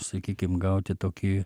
sakykim gauti tokį